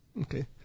Okay